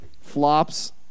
Flops